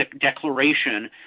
declaration